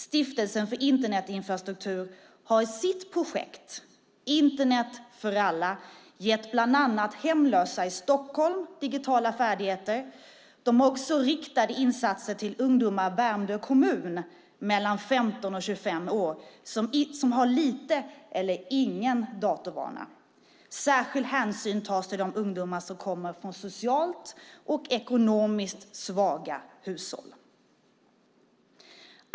Stiftelsen för Internetinfrastruktur, Punkt SE, har i sitt projekt Internet för alla gett bland annat hemlösa i Stockholm digitala färdigheter. De har också riktade insatser till ungdomar i Värmdö kommun i åldern 15-25 år som har liten eller ingen datorvana. Särskild hänsyn tas till de ungdomar som kommer från socialt och ekonomiskt svaga hushåll.